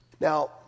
Now